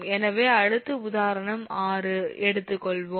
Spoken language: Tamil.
எனவே அடுத்து உதாரணம் 6 எடுத்துக் கொள்வோம்